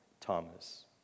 Thomas